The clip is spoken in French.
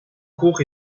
cours